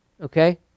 Okay